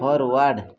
forward